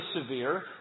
severe